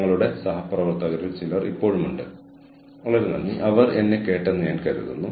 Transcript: innovation strategy എതിരാളികളിൽ നിന്ന് വ്യത്യസ്തമായ ഉൽപ്പന്നങ്ങൾ അല്ലെങ്കിൽ സേവനങ്ങൾ വികസിപ്പിക്കാൻ ഉപയോഗിക്കുന്നു